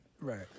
right